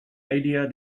idea